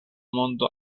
mondo